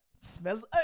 smells